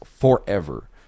forever